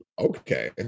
okay